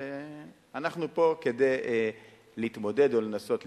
אנחנו פה כדי להתמודד או לנסות להתמודד.